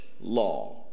law